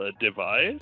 device